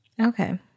Okay